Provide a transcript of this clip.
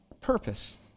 Purpose